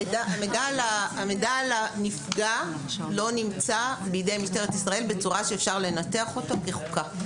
המידע על הנפגע לא נמצא בידי משטרת ישראל בצורה שאפשר לנתח אותו כחוקה.